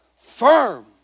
firm